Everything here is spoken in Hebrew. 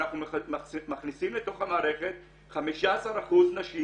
אנחנו מכניסים לתוך המערכת 15% נשים